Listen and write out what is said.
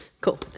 Cool